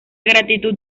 gratitud